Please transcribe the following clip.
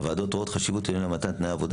2. הוועדות רואות חשיבות בעניין מתן תנאי עבודה